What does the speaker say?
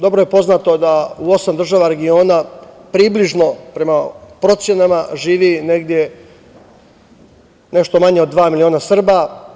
Dobro je poznato da u osam država regiona približno, prema procenama, živi negde nešto manje od dva miliona Srba.